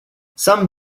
some